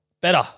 Better